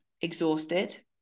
exhausted